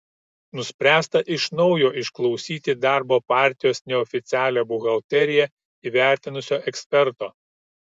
nuspręsta iš naujo išklausyti darbo partijos neoficialią buhalteriją įvertinusio eksperto